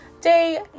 day